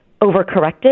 overcorrected